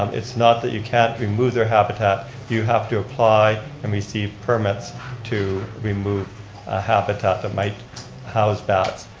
um it's not that you can't remove their habitat you have to apply and receive permits to remove a habitat that might house bats,